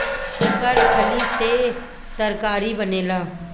एकर फली से तरकारी बनेला